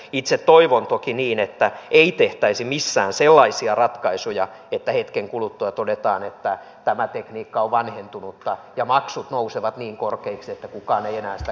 itse toivon toki niin että ei tehtäisi missään sellaisia ratkaisuja että hetken kuluttua todetaan että tämä tekniikka on vanhentunutta ja maksut nousevat niin korkeiksi että kukaan ei enää sitä käytä